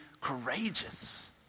courageous